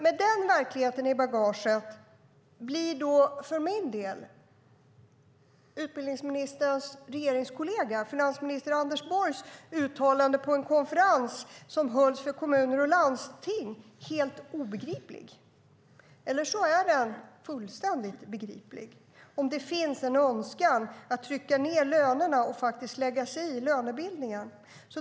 Men den verkligheten i bagaget blir för min del utbildningsministerns regeringskollega finansminister Anders Borgs uttalande på en konferens som hölls för kommuner och landsting helt obegripligt. Eller också är det fullständigt begripligt om det finns en önskan att trycka ned lönerna och lägga sig i lönebildningen.